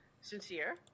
sincere